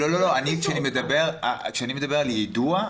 כשאני מדבר על יידוע,